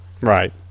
Right